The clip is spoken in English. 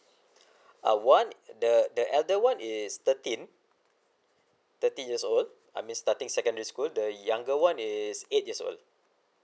uh one the the elder one is thirteen thirteen years old I mean starting secondary school the younger one is eight years old